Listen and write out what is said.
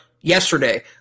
yesterday